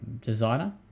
designer